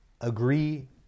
agree